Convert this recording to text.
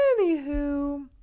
Anywho